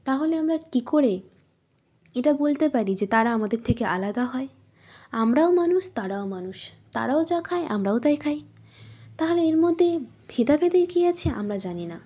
তাহলে আমরা কী করে এটা বলতে পারি যে তারা আমাদের থেকে আলাদা হয় আমরাও মানুষ তারাও মানুষ তারাও যা খায় আমরাও তাই খাই তাহলে এর মধ্যে ভেদাভেদে কী আছে আমরা জানি না